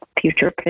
future